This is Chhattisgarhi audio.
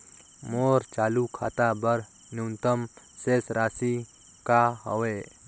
मोर चालू खाता बर न्यूनतम शेष राशि का हवे?